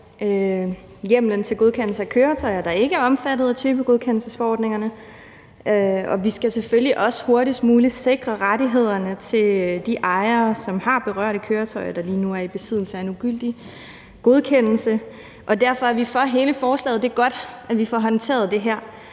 hjemmelen til godkendelse af køretøjer, der ikke er omfattet af typegodkendelsesforordningerne. Vi skal selvfølgelig også hurtigst muligt sikre rettighederne for de ejere, som har berørte køretøjer, og som lige nu er i besiddelse af en ugyldig godkendelse. Derfor er vi for hele forslaget. Det er godt, at vi får håndteret det her.